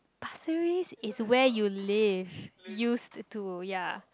Pasir-Ris is where you live used to ya